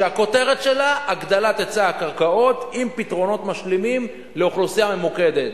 שהכותרת שלה: הגדלת היצע הקרקעות עם פתרונות משלימים לאוכלוסייה ממוקדת,